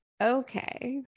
okay